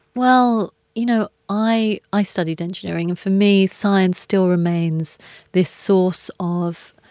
well, you know, i i studied engineering. and for me, science still remains this source of